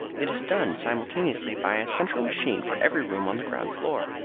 it is done simultaneously by a central machine for every room on the ground-floor.